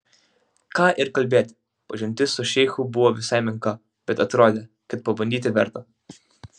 ką ir kalbėti pažintis su šeichu buvo visai menka bet atrodė kad pabandyti verta